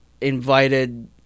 invited